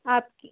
आपकी